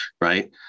right